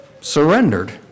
surrendered